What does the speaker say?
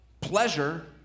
pleasure